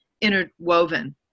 interwoven